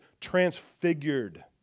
transfigured